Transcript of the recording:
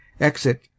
Exit